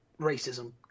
racism